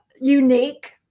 unique